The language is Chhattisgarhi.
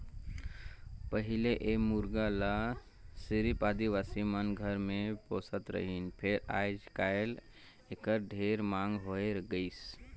पहिले ए मुरगा ल सिरिफ आदिवासी मन घर मे पोसत रहिन फेर आयज कायल एखर ढेरे मांग होय गइसे